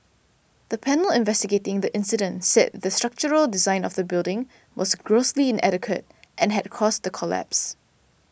the panel investigating the incident said the structural design of the building was grossly inadequate and had caused the collapse